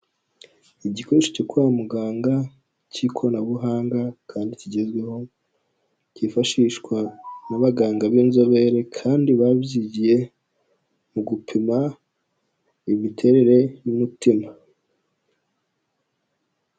Igikoresho cyo kwa muganga cy'ikoranabuhanga kandi kigezweho, cyifashishwa n'abaganga b'inzobere kandi babyigiye mu gupima imiterere y'umutima.